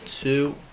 two